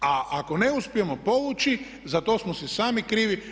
A ako ne uspijemo povući za to smo si sami krivi.